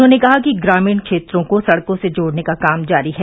उन्होंने कहा कि ग्रामीण क्षेत्रों को सड़कों से जोड़ने का काम जारी है